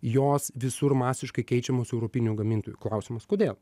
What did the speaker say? jos visur masiškai keičiamos europinių gamintojų klausimas kodėl